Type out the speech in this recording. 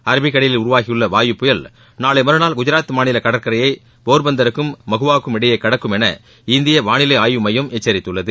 Arabic கடலில் உருவாகியுள்ள வாயு புயல் நாளை மறுநாள் குஜராத் மாநில கடற்கரையை போர்பந்தருக்கும் மகுவா வுக்கும் இடையே கடக்கும் என இந்திய வானிலை ஆய்வு மையம் எச்சரித்துள்ளது